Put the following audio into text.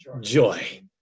joy